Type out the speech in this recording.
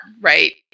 right